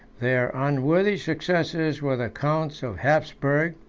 their unworthy successors were the counts of hapsburgh,